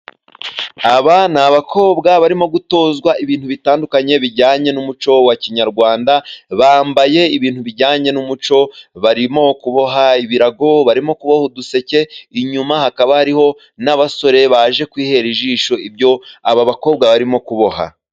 Aba n'abakobwa barimo gutozwa ibintu bitandukanye, bijyanye n'umuco wa kinyarwanda, bambaye ibintu bijyanye n'umuco, barimo kuboha ibirago, barimo kuboha uduseke, inyuma hakaba hariho n'abasore baje kwihera ijisho, ibyo ab'abakobwa barimo kuboha.